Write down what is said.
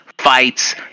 fights